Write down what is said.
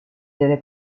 delle